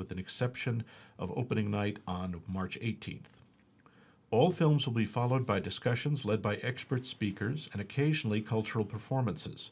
with the exception of opening night on march eighteenth all films will be followed by discussions led by experts speakers and occasionally cultural performances